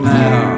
now